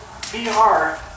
VR